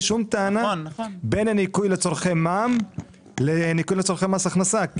שום טענה בין הניכוי לצרכי מע"מ לניכוי לצרכי מס הכנסה,